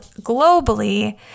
globally